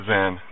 Zan